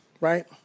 Right